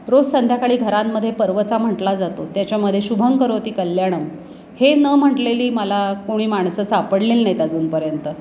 रोज संध्याकाळी घरांमध्ये परवचा म्हटला जातो त्याच्यामधे शुभंकरोति कल्याणम हे न म्हटलेली मला कोणी माणसं सापडलेली नाहीत अजूनपर्यंत